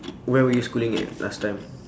where were you schooling at last time